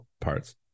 parts